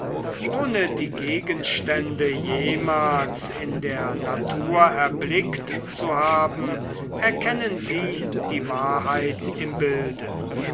ohne die gegenstände jemals in der natur erblickt zu haben erkennen sie die wahrheit im bilde